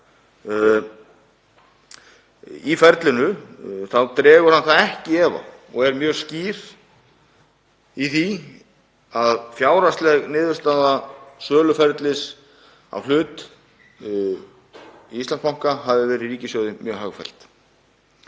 á ferlinu þá dregur hann ekki í efa og er mjög skýr í því að fjárhagsleg niðurstaða söluferlis á hlut í Íslandsbanka hafi verið ríkissjóði mjög hagfelld.